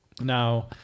Now